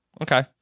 Okay